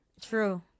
True